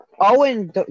Owen